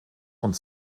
und